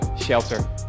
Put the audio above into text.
shelter